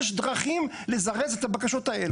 יש דרכים לזרז את הבקשות האלה.